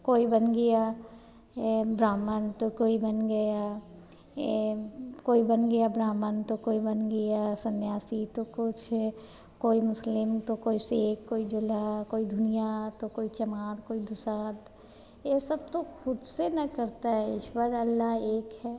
कोई बन गया ए ब्राह्मण तो कोई बन गया यह कोई बन गया ब्राह्मण तो कोई बन गया सन्यासी तो कुछ कोई मुस्लिम तो कोई सिख कोई जुलहा कोई धुनिया तो कोई चमार कोई धुसाद ये सब तो ख़ुद से ना करते हैं ईश्वर अल्लाह एक है